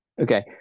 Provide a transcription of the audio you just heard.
Okay